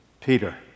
Peter